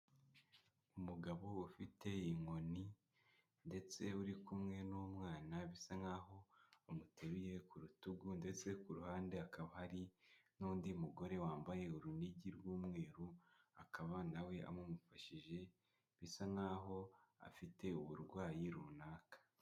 Umugabo ufite inkoni ndetse uri kumwe n'umwana, bisa nk'aho amuteruye ku rutugu ndetse ku ruhande hakaba hari n'undi mugore wambaye urunigi rw'umweru, akaba na we amumufashije, bisa nk'aho afite uburwayi runaka.